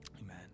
Amen